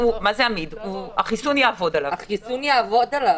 החיסון יעבוד עליו.